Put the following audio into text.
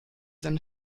seine